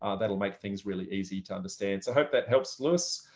ah that'll make things really easy to understand. so hope that helps, louis.